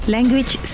Language